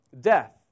death